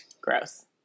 Gross